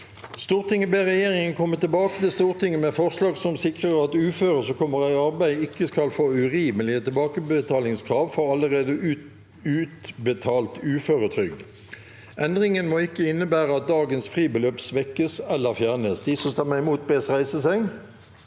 Stortinget ber regjeringen komme tilbake til Stortinget med forslag som sikrer at uføre som kommer i arbeid, ikke skal få urimelige tilbakebetalingskrav for allerede utbetalt uføretrygd. Endringen må ikke innebære at dagens fribeløp svekkes eller fjernes. V o t e r i n g : Komiteens